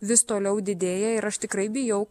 vis toliau didėja ir aš tikrai bijau